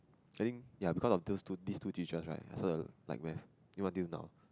I think ya because of these two these two teachers right I started to like math even until now